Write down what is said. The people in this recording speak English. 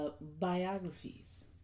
biographies